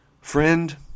Friend